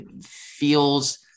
feels